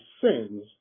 sins